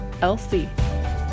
LC